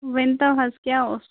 ؤنۍ تو حظ کیٛاہ اوس